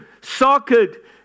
socket